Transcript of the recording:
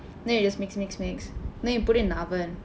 then you just mix mix mix then you put it in the oven